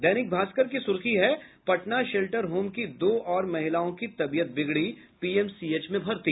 दैनिक भास्कर की सुर्खी है पटना शेल्टर होम की दो और महिलाओं की तबीयत बिगड़ी पीएमसीएच में भर्ती